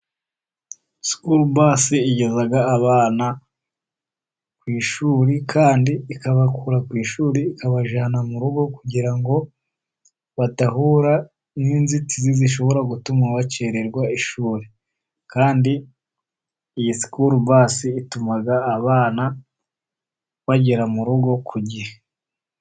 Sikurubasi igeza abana ku ishuri, kandi ikabakura ku ishurikabajyana mu rugo, kugira ngo badahura n'inzitizi zishobora gutuma bakererwa ishuri, kandi iyi sikurubasi ituma abana bagera mu rugo ku gihe.